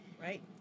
right